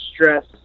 stress